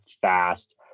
fast